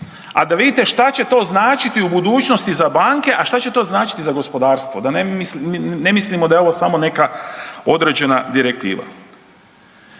a da vidite šta će to značiti u budućnosti za banke, a šta će to značiti za gospodarstvo, da ne mislimo da je ovo samo neka određena direktiva.